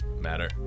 matter